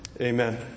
Amen